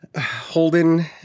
Holden